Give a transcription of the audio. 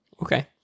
Okay